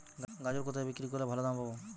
গাজর কোথায় বিক্রি করলে ভালো দাম পাব?